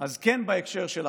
אז כן, בהקשר של החקיקה,